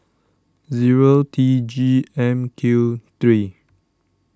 zero T G M Q three